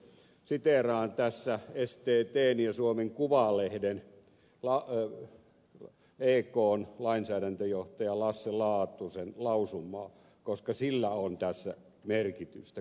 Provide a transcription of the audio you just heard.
siteeraan tässä sttn ja suomen kuvalehden ekn lainsäädäntöjohtajan lasse laatusen lausumaa koska sillä on tässä merkitystä kokonaisuuden kannalta